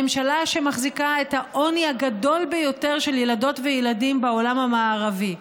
ממשלה שמחזיקה את העוני הגדול ביותר של ילדות וילדים בעולם המערבי,